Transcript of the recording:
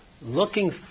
looking